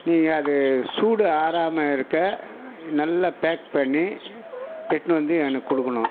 நீங்கள் அது சூடு ஆறாமல் இருக்க நல்லா பேக் பண்ணி எட்டுனு வந்து எனக்கு கொடுக்கணும்